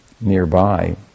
nearby